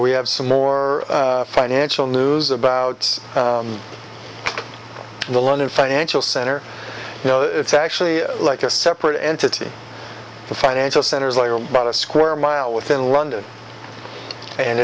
we have some more financial news about the london financial center you know it's actually like a separate entity the financial centers like about a square mile within london and